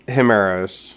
Himeros